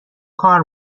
کار